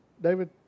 David